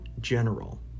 general